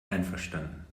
einverstanden